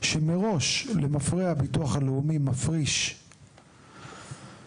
שמראש למפרע הביטוח הלאומי מפריש 2%,